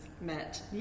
met